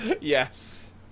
Yes